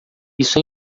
isso